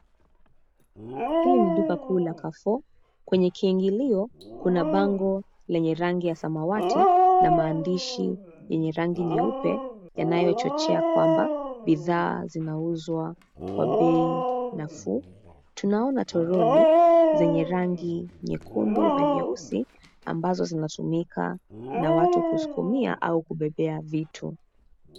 Hili ni duka kuu la CarreFour, kwenye kiingilio, kuna bango, lenye rangi ya samawati, na maandishi yenye rangi nyeupe, yanayochochea kwamba, bidhaa zinauzwa, kwa bei, nafuu, tunaona toroli, zenye rangi nyekundu na nyeusi, ambazo zinatumika na watu kuskumia au kubebea vitu.